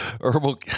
Herbal